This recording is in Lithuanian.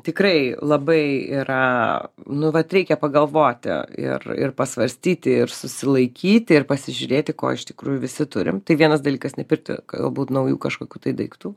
tikrai labai yra nu vat reikia pagalvoti ir ir pasvarstyti ir susilaikyti ir pasižiūrėti ko iš tikrųjų visi turim tai vienas dalykas nepirkti galbūt naujų kažkokių daiktų